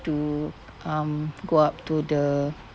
to um go up to the